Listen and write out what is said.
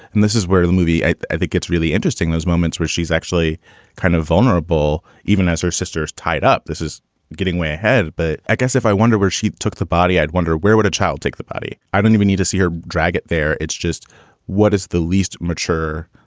and this is where the movie, i think gets really interesting, those moments where she's actually kind of vulnerable even as her sister is tied up this is getting way ahead. but i guess if i wonder where she took the body, i'd wonder where would a child take the body? i don't even need to see her drag it there. it's just what is the least mature.